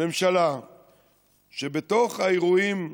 ממשלה שבתוך האירועים,